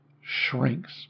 shrinks